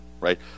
right